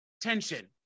tension